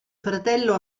fratello